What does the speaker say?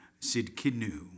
Sidkinu